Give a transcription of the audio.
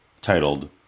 titled